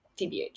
TBH